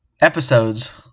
episodes